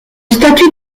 statue